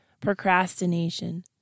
procrastination